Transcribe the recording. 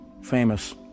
famous